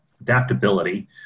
adaptability